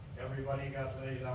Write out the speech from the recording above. everybody got